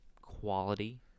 quality